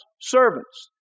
servants